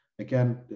again